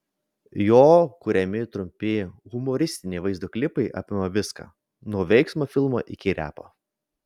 jo kuriami trumpi humoristiniai vaizdo klipai apima viską nuo veiksmo filmo iki repo